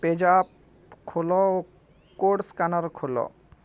page app ଖୋଲ ଓ code scanner ଖୋଲ